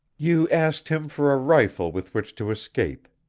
you asked him for a rifle with which to escape.